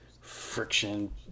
friction